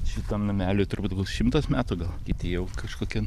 šitam nameliui turbūt gal šimtas metų gal kiti jau kažkokie